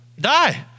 Die